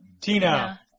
Tina